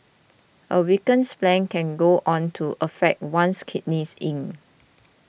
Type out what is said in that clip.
a weakened spleen can go on to affect one's kidney yin